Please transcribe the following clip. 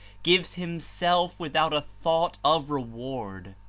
gives himself without a thought of reward.